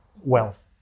wealth